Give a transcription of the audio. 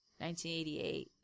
1988